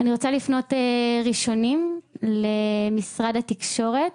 אני רוצה לפנות ראשונים למשרד התקשורת,